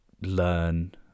learn